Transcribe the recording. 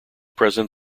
present